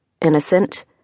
Innocent